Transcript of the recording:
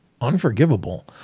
unforgivable